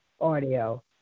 audio